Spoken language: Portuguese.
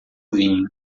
vinho